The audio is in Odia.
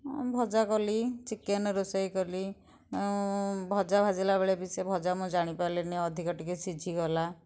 ଭଜା କଲି ଚିକେନ୍ ରୋଷେଇ କଲି ମୁଁ ଭଜା ଭାଜିଲା ବେଳେ ବି ସେ ଭଜା ମୁଁ ଜାଣି ପାରିଲିନି ଅଧିକ ଟିକେ ସିଝିଗଲା